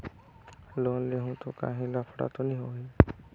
Loan लेहूं ता काहीं लफड़ा तो नी होहि?